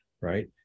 right